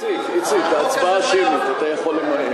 הצעת חוק-יסוד: חופש הדת והמצפון,